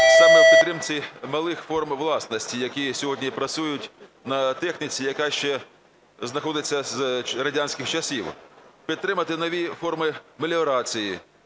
саме в підтримці малих форм власності, які сьогодні працюють на техніці, яка ще знаходиться з радянських часів. Підтримати нові форми меліорації,